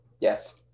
Yes